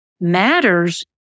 matters